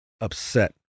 upset